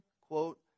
quote